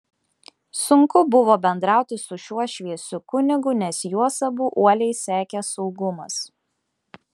sunku buvo bendrauti su šiuo šviesiu kunigu nes juos abu uoliai sekė saugumas